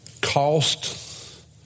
cost